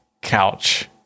couch